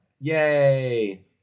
yay